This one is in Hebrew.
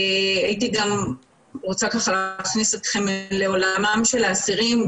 הייתי רוצה להכניס אתכם לעולמם של האסירים.